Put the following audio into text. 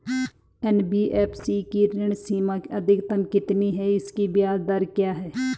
NBFC की ऋण सीमा अधिकतम कितनी है इसकी ब्याज दर क्या है?